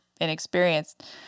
inexperienced